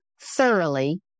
thoroughly